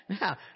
Now